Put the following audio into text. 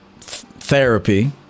therapy